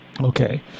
Okay